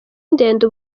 ndende